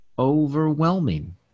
overwhelming